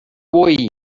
vull